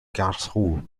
karlsruhe